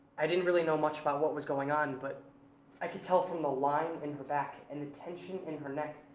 i didn't really know much about what was going on but i could tell from ah line in her back and the tension in her neck,